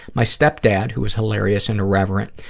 my stepdad, who is hilarious and irreverent,